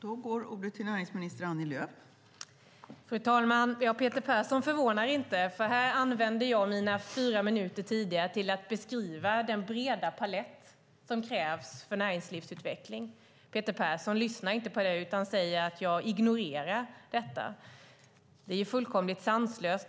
Fru talman! Peter Persson förvånar inte. Här använde jag tidigare fyra minuter till att beskriva den breda palett som krävs för näringslivsutveckling. Peter Persson lyssnade inte på det, utan säger nu att jag ignorerar sådant. Det är fullkomligt sanslöst.